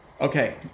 okay